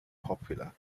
popular